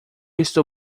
estou